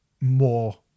more